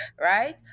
Right